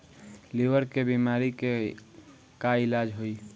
Liver के बीमारी के का इलाज होई?